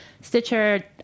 Stitcher